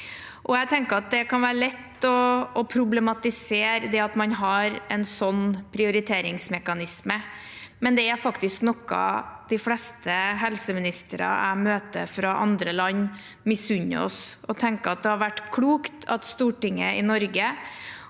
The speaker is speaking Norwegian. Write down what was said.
det kan være lett å problematisere at man har en sånn prioriteringsmekanisme, men dette er faktisk noe de fleste helseministre jeg møter fra andre land, misunner oss. Jeg tenker det har vært klokt at Stortinget i Norge